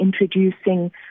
introducing